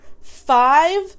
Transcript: five